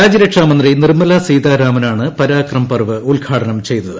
രാജ്യരക്ഷാ മന്ത്രി നിർമ്മലാ സീതാരാമനാണ് പരാക്രംപർവ് ഉദ്ഘാടനം ചെയ്തത്